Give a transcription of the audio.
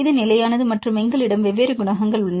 இது நிலையானது மற்றும் எங்களிடம் வெவ்வேறு குணகங்கள் உள்ளன